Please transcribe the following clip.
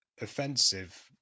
offensive